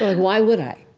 why would i?